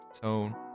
tone